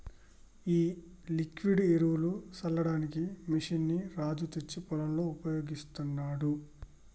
ఈ లిక్విడ్ ఎరువులు సల్లడానికి మెషిన్ ని రాజు తెచ్చి పొలంలో ఉపయోగిస్తాండు